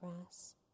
grass